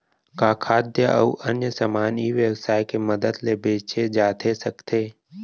का खाद्य अऊ अन्य समान ई व्यवसाय के मदद ले बेचे जाथे सकथे?